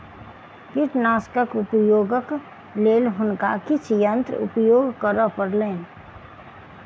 कीटनाशकक उपयोगक लेल हुनका किछ यंत्र उपयोग करअ पड़लैन